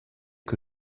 que